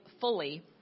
fully